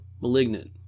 malignant